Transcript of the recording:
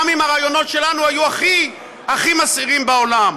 גם אם הרעיונות שלנו היו הכי הכי מסעירים בעולם.